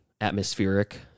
atmospheric